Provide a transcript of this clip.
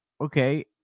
okay